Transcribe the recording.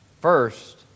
first